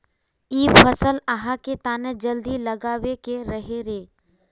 इ फसल आहाँ के तने जल्दी लागबे के रहे रे?